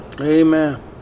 Amen